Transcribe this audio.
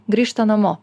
grįžta namo